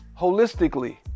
holistically